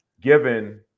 given